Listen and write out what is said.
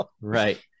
right